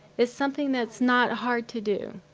it's something that's not hard to do.